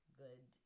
good